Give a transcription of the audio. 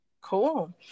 Cool